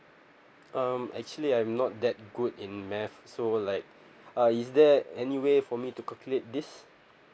um actually I'm not that good in math so like uh is there any way for me to calculate this